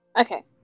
Okay